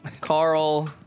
Carl